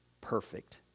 perfect